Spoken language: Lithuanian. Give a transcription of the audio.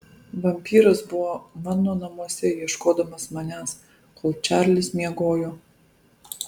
vampyras buvo mano namuose ieškodamas manęs kol čarlis miegojo